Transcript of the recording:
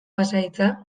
pasahitza